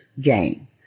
game